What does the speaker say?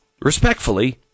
Respectfully